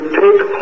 take